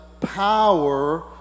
power